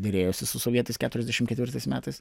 derėjosi su sovietais keturiasdešim ketvirtais metais